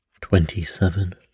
twenty-seven